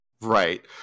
Right